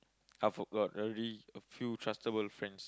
I've got already a few trustable friends